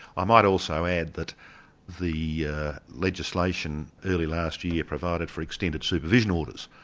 ah might also add that the legislation early last year provided for extended supervision orders.